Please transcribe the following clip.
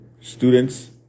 students